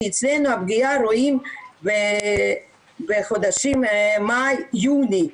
כי אצלנו רואים את הפגיעה בחודשים מאי-יוני.